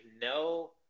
no